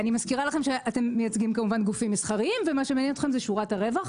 לכם שאתם מייצגים כמובן גופים מסחריים ומה שמעניין אתכם זה שורת הרווח.